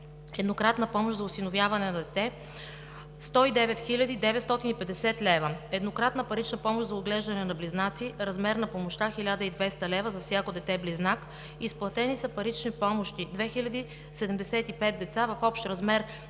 еднократна помощ за осиновяване на дете – 109 хил. 950 лв.; еднократна парична помощ за отглеждане на близнаци в размер на помощта 1200 лв. за всяко дете близнак. Изплатени са парични помощи за 2075 деца в общ размер